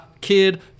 Kid